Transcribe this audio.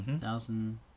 Thousand